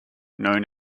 known